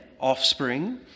offspring